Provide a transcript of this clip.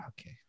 Okay